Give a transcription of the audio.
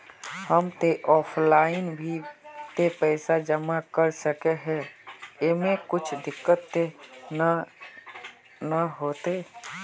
हम ते ऑफलाइन भी ते पैसा जमा कर सके है ऐमे कुछ दिक्कत ते नय न होते?